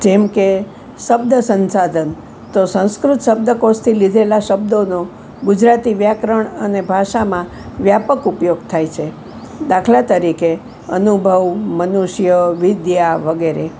જેમ કે શબ્દ સંસાધન તો સંસ્કૃત શબ્દકોશમાં આપેલા શબ્દોનો ગુજરાતી વ્યાકરણ અને ભાષામાં વ્યાપક ઉપયોગ થાય છે દાખલા તરીકે અનુભવ મનુષ્ય વિદ્યા વગેરે